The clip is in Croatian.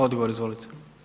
Odgovor, izvolite.